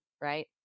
right